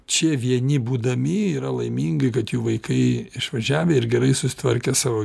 čia vieni būdami yra laimingi kad jų vaikai išvažiavę ir gerai susitvarkę savo